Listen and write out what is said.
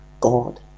God